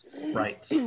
Right